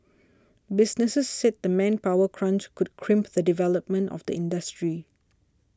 businesses said the manpower crunch could crimp the development of the industry